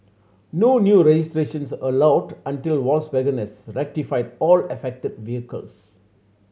no new registrations are allowed until Volkswagen has rectified all affected vehicles